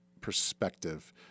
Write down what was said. perspective